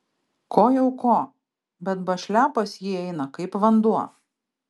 ko jau ko bet bašlia pas jį eina kaip vanduo